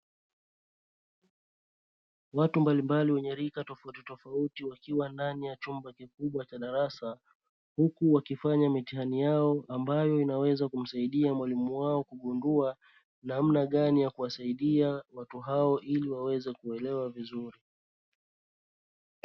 Watu mbalimbali wenye rika tofautitofauti wakiwa ndani ya chumba kikubwa cha darasa huku wakifanya mitihani yao ambayo inaweza kumsaidia mwalimu wao kugundua namna gani ya kuwasaidia watu hao ili waweze kuelewa vizuri.